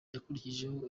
yakurikijeho